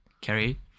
carry